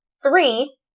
Three